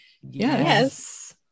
yes